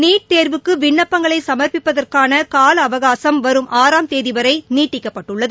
NEET தேர்வுக்கு விண்ணப்பங்களை சமர்ப்பிப்பதற்காள காலஅவகாசம் வரும் ஆறாம் தேதி வரை நீட்டிக்கப்பட்டுள்ளது